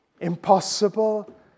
Impossible